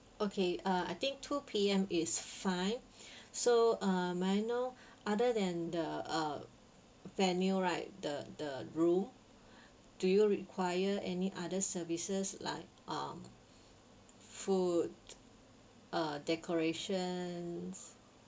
okay uh I think two P_M is fine so uh may I know other than the uh venue right the the room do you require any other services like um food uh decorations